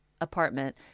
apartment